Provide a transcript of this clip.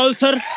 so sir,